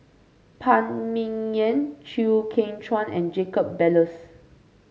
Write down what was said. Phan Ming Yen Chew Kheng Chuan and Jacob Ballas